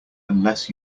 unless